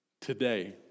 today